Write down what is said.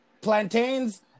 plantains